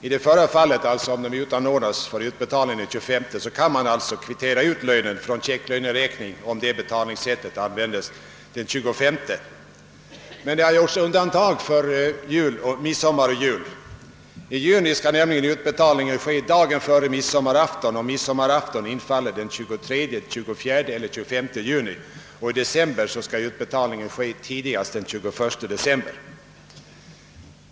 I det förra fallet — alltså om beloppen utanordnas för utbetalning den tjugofemte — kan man kvittera ut lönen från checkräkning, om det betalningssättet användes, den tjugofemte. Men det har i bestämmelserna gjorts undantag för midsommar och jul. I juni må nämligen utbetalningen äga rum »dagen före midsommarafton, om midsommarafton infaller den tjugotredje, tjugofjärde eller tjugofemte, och utbetalningen i december ske tidigast den tjugoförsta».